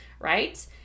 right